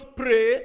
pray